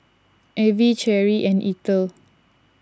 Evie Cherrie and Eithel